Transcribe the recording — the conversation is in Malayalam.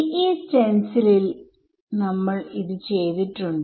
TE സ്റ്റെൻസിലിൽ നമ്മൾ ഇത് ചെയ്തിട്ടുണ്ട്